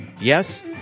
Yes